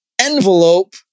envelope